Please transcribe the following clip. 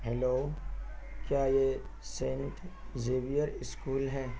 hello کیا یہ Saint Xavier school ہے